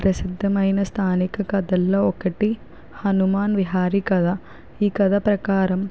ప్రసిద్ధమైన స్థానిక కథల్లో ఒకటి హనుమాన్ విహారి కథ ఈ కథ ప్రకారం